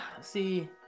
see